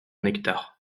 nectar